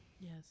Yes